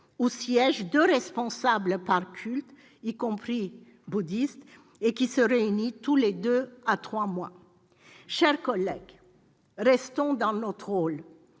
où siègent deux responsables par culte, y compris le culte bouddhiste, et qui se réunit tous les deux à trois mois. Chers collègues, restons dans notre rôle.